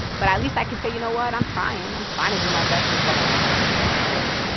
but at least i can say, you know what? i'm trying. and i'm trying to do my best with what i have word